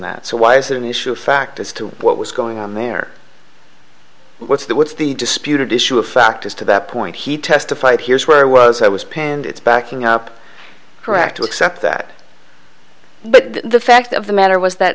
that so why is that an issue of fact as to what was going on there what's the what's the disputed issue of fact as to that point he testified here's where was i was panned it's backing up correct to accept that but the fact of the matter was that